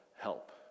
help